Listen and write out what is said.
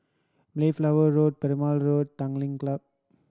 Mayflower Road Perumal Road Tanglin Club